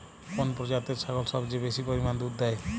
কোন প্রজাতির ছাগল সবচেয়ে বেশি পরিমাণ দুধ দেয়?